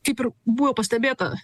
kaip ir buvo pastebėta